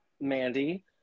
Mandy